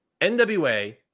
NWA